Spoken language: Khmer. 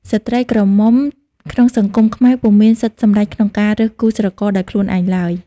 ស្ត្រីក្រមុំក្នុងសង្គមខ្មែរពុំមានសិទ្ធិសម្រេចក្នុងការរើសគូស្រករដោយខ្លួនឯងឡើយ ។